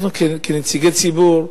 אנחנו, כנציגי ציבור,